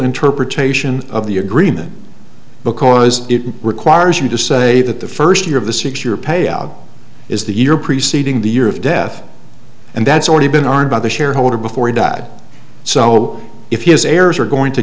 interpretation of the agreement because it requires you to say that the first year of the six year payout is the year preceding the year of death and that's already been armed by the shareholder before he died so if his heirs are going to